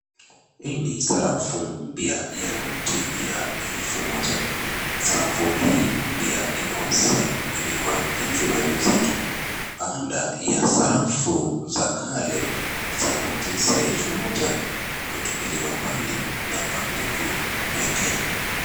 Hii ni sarafu mpya ya noti ya elfu mmoja, sarafu hii mpya imeweza kubuniwa hivi majuzi tu, baada ya sarafu za kale za noti ya elfu mmoja kutupiliwa mbali na benki kuu ya Kenya.